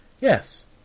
Yes